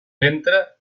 ventre